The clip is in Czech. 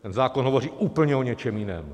Ten zákon hovoří úplně o něčem jiném.